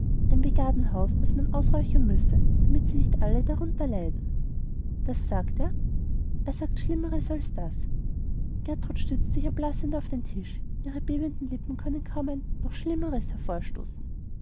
ein begardenhaus das man ausräuchern müsse damit nicht alle darunter leiden das sagt er er sagt schlimmeres als das gertrud stützt sich erblassend auf den tisch ihre bebenden lippen können kaum ein noch schlimmeres